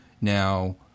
Now